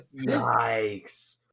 Yikes